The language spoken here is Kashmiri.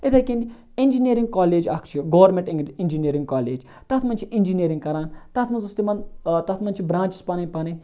اتھے کٔنۍ اِنجِینیرِنٛگ کالیج اکھ چھُ گورمینٹ اِنجینیرِنٛگ کالیج تَتھ مَنٛز چھِ اِنجینیرِنٛگ کَران تَتھ مَنٛز اوس تِمَن تَتھ مَنٛز چھِ برانچِس پَنٕنۍ پَنٕنۍ